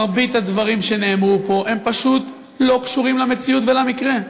מרבית הדברים שנאמרו פה פשוט לא קשורים למציאות ולמקרה.